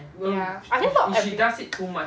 ya are they not